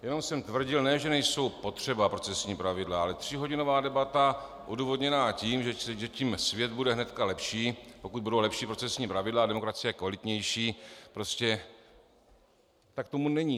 Jenom jsem tvrdil, ne že nejsou potřeba procesní pravidla, ale tříhodinová debata odůvodněná tím, že svět tím bude hnedka lepší, pokud budou lepší procesní pravidla, a demokracie kvalitnější, prostě tak tomu není.